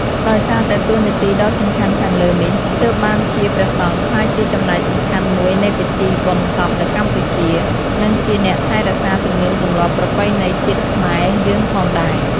ដោយសារតែតួនាទីដ៏សំខាន់ខាងលើនេះ ទើបបានជាព្រះសង្ឃក្លាយជាចំណែកសំខាន់មួយនៃពិធីបុណ្យសពនៅកម្ពុជា និងជាអ្នកថែរក្សាទំនៀមទម្លាប់ប្រពៃណីជាតិខ្មែរយើងផងដែរ។